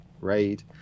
raid